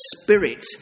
Spirit